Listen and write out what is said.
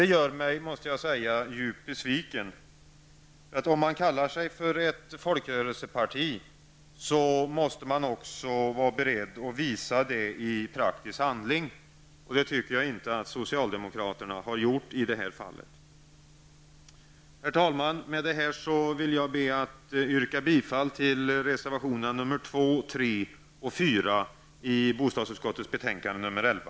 Det gör mig, måste jag säga, djupt besviken. Om man kallar sig för ett folkrörelseparti, måste man också vara beredd att visa det i praktisk handling, och det tycker jag inte att socialdemokraterna har gjort i det här fallet. Herr talman! Med detta vill jag yrka bifall till reservationerna 2, 3 och 4 i bostadsutskottets betänkande nr 11.